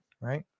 right